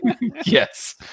Yes